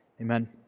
Amen